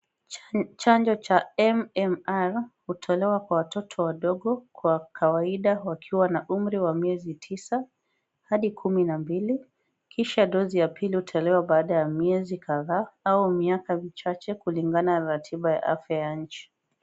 Chanjo cha MMR , hutolewa kwa watoto wadogo kwa kawaida wakiwa na umri miezi sita hadi kumi na mbili kisha dozi kadha hutolewa baada ya miezi kadhaa au miaka michache kulingana na ratiba ya afya ya nchi.